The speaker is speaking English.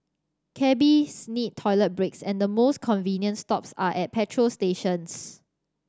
cabbies need toilet breaks and the most convenient stops are at petrol stations